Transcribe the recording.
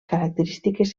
característiques